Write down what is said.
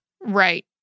Right